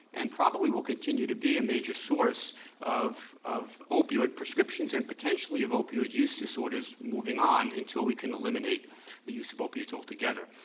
and probably will continue to be a major source of opioid opioid prescriptions and potentially of opioid use disorders moving on until we can eliminate the use of opioids altogether.